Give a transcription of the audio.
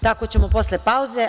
Tako ćemo posle pauze.